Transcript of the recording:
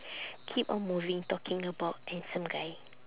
keep on moving talking about handsome guy